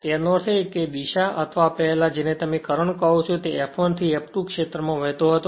તેનો અર્થ એ કે આ દિશા અથવા પહેલા કે જેને તમે કરંટ કહો છો તે F1 થી F2 ક્ષેત્રમાં વહેતો હતો